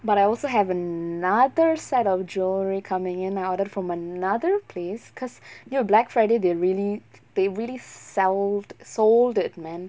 but I also have another set of jewellery coming in I ordered from another place because dude black friday they really they really sell sold it man